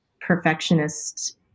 perfectionist